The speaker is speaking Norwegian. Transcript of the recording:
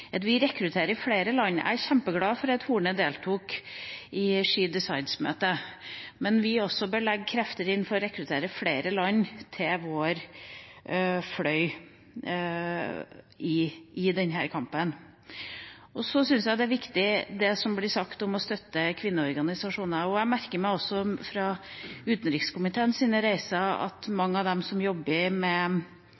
at vi rekrutterer i flere land? Jeg er kjempeglad for at statsråd Horne deltok i She Decides-møtet, men også vi bør sette krefter inn på å rekruttere flere land til vår fløy i denne kampen. Så syns jeg det som blir sagt om å støtte kvinneorganisasjoner, er viktig. Jeg merker meg også fra utenrikskomiteens reiser at